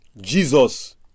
Jesus